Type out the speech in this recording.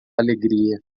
alegria